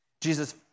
Jesus